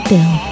Bill